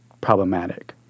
problematic